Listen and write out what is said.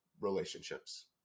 relationships